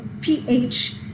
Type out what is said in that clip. pH